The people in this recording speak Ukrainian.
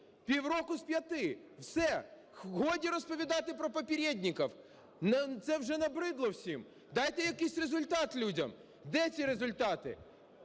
Півроку з п'яти. Все. Годі розповідати про "попередников", це вже набридло всім. Дайте якийсь результат людям. Де ці результати?